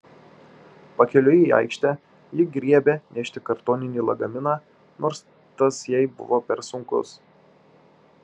pakeliui į aikštę ji griebė nešti kartoninį lagaminą nors tas jai buvo per sunkus